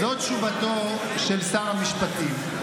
בסדר, זו תשובתו של שר המשפטים.